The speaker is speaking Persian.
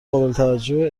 قابلتوجه